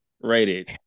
rated